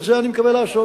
ואת זה אני מקווה לעשות.